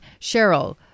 Cheryl